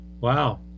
Wow